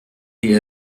die